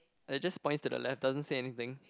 like just points to the left doesn't say anything